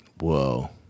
Whoa